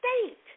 state